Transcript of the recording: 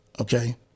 Okay